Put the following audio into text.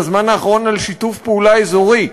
בזמן האחרון על שיתוף פעולה אזורי.